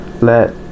let